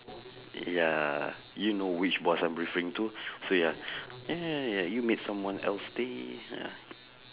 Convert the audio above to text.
ya you know which boss I'm referring to so ya ya ya ya ya you made someone else day ya